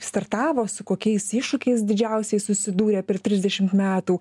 startavo su kokiais iššūkiais didžiausiais susidūrė per trisdešimt metų